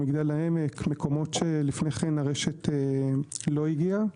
מגדל העמק - מקומות שלפני כן הרשת לא הגיעה.